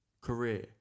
career